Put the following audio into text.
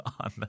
on